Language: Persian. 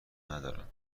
ندارم